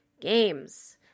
games